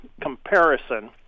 comparison